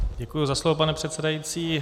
Děkuji za slovo, pane předsedající.